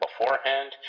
beforehand